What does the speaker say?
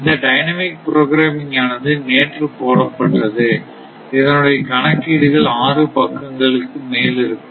இந்த dynamic programming ஆனது நேற்று போடப்பட்டது இதனுடைய கணக்கீடுகள் 6 பக்கங்களுக்கு மேல் இருக்கும்